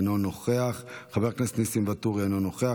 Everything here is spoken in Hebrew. אינו נוכח,